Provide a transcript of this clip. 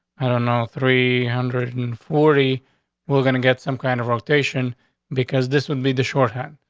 i don't know, three hundred and forty were going to get some kind of rotation because this would be the shorthand.